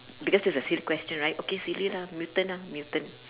because this is a silly question right okay silly lah mutant ah mutant